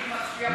אני מצביע בעד.